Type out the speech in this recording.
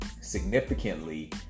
Significantly